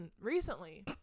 Recently